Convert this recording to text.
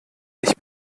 dich